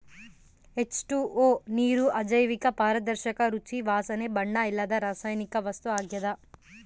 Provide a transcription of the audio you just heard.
H two O ನೀರು ಅಜೈವಿಕ ಪಾರದರ್ಶಕ ರುಚಿ ವಾಸನೆ ಬಣ್ಣ ಇಲ್ಲದ ರಾಸಾಯನಿಕ ವಸ್ತು ಆಗ್ಯದ